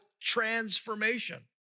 transformation